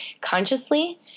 consciously